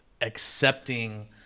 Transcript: accepting